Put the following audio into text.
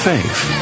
Faith